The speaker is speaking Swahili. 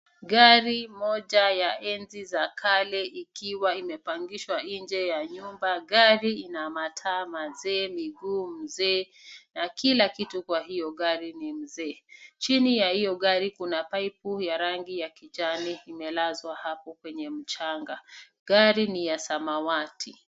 Gari moja ya enzi za kale ikiwa imepangishwa nje mbele ya nyumba. Gari ina mataa mazee, miguu mzee na kila kitu kwa hiyo gari ni mzee. Chini ya hiyo gari kuna paipu ya rangi ya kijani imelazwa hapo kwenye mchanga. Gari ni ya samawati.